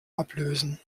ablösen